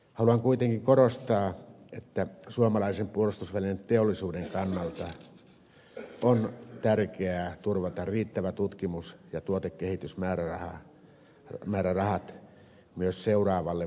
haluan kuitenkin korostaa että suomalaisen puolustusvälineteollisuuden kannalta on tärkeää turvata riittävät tutkimus ja tuotekehitysmäärärahat myös seuraavalle vuosikymmenelle